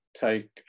take